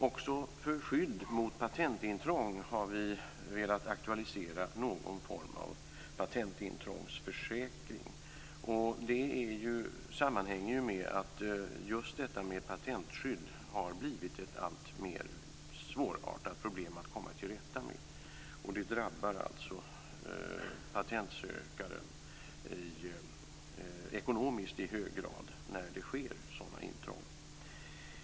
Också för skydd mot patentintrång har vi velat aktualisera någon form av patentintrångsförsäkring. Det sammanhänger med att just patentskydd har blivit ett alltmer svårartat problem att komma till rätta med. Det drabbar alltså patentsökaren ekonomiskt i hög grad när det sker sådana intrång.